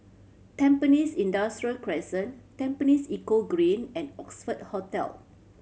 Tampines Industrial Crescent Tampines Eco Green and Oxford Hotel